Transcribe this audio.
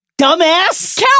dumbass